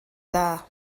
dda